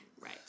Right